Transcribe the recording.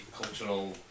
cultural